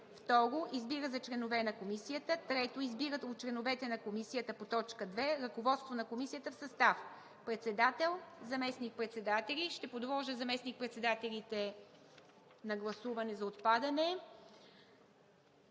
2. Избира за членове на комисията. 3. Избира от членовете на Комисията по т. 2 ръководство на Комисията в състав: председател, заместник-председатели.“ Ще подложа заместник-председателите на гласуване за отпадане.